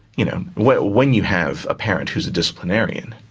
you know when when you have a parent who's a disciplinarian,